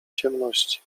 ciemności